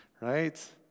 right